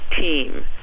team